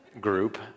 Group